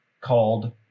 called